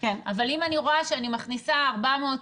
אבל אם אני רואה שאני מכניסה 400,000